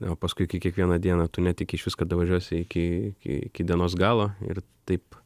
o paskui kai kiekvieną dieną tu netiki išvis kad davažiuosi iki iki dienos galo ir taip